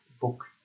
book